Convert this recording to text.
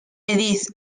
edith